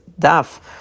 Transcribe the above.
daf